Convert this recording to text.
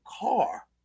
car